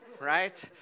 right